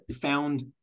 found